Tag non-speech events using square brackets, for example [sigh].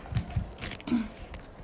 [coughs]